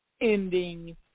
ending